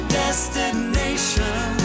destination